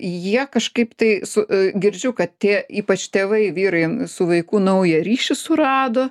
jie kažkaip tai su girdžiu kad tie ypač tėvai vyrai su vaiku naują ryšį surado